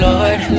Lord